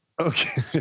Okay